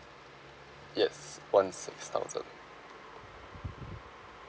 yes one six thousand